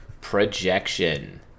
projection